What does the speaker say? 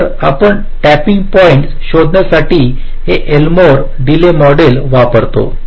तर आपण tapping point शोधण्यासाठी हे एल्मोर डिले मॉडेल वापरतो